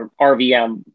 RVM